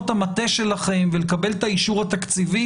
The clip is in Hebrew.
המטה שלכם ולקבל את האישור התקציבי.